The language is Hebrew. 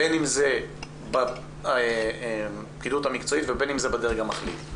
בין אם זה פעילות מקצועית ובין אם זה בדרג המחליט.